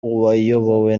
wayobowe